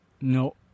No